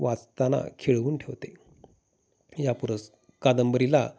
वाचताना खेळवून ठेवते या पुरस कादंबरीला